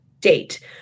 date